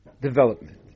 development